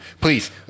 Please